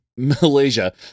Malaysia